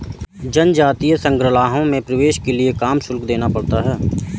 जनजातीय संग्रहालयों में प्रवेश के लिए काम शुल्क देना पड़ता है